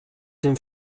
tym